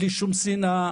בלי שום שנאה.